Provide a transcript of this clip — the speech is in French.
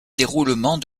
déroulement